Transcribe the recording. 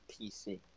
PC